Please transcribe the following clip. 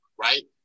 right